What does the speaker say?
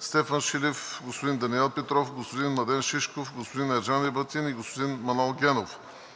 Стефан Шилев, господин Даниел Петров, господин Младен Шишков, господин Ерджан Ебатин и господин Манол Генов.